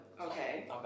Okay